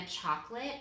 chocolate